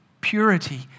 purity